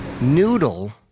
Noodle